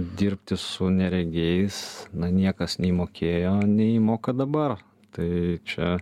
dirbti su neregiais na niekas nei mokėjo nei moka dabar tai čia